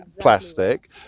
plastic